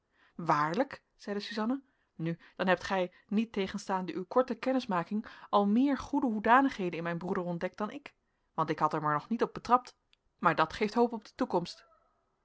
waarlijk zeide suzanna nu dan hebt gij niettegenstaande uw korte kennismaking al meer goede hoedanigheden in mijn broeder ontdekt dan ik want ik had er hem nog niet op betrapt maar dat geeft hoop op de toekomst